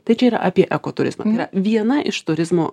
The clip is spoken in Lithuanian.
tai čia yra apie eko turizmą tai yra viena iš turizmo